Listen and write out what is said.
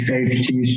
Safety